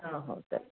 हो हो चालेल